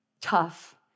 Tough